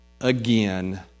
again